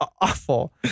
awful